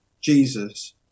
Jesus